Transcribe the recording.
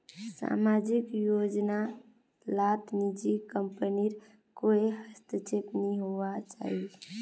सामाजिक योजना लात निजी कम्पनीर कोए हस्तक्षेप नि होवा चाहि